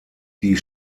die